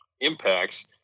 impacts